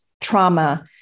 trauma